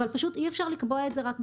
אבל פשוט אי אפשר לקבוע את זה רק בתקנות.